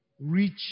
reach